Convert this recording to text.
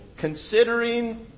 considering